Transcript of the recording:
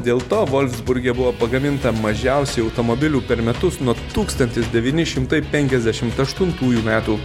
dėl to volfsburge buvo pagaminta mažiausiai automobilių per metus nuo tūkstantis devyni šimtai penkiasdešimt aštuntųjų metų